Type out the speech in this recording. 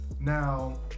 Now